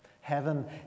Heaven